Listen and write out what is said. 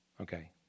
okay